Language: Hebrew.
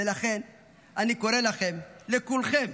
ולכן אני קורא לכם, לכולכם,